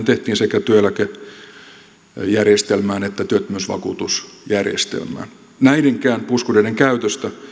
tehtiin sekä työeläkejärjestelmään että työttömyysvakuutusjärjestelmään näidenkään puskureiden käytöstä